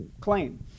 claim